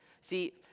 See